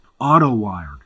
Auto-wired